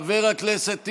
חבר הכנסת טיבי.